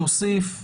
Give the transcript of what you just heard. להוסיף מעבר?